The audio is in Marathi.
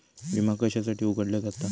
विमा कशासाठी उघडलो जाता?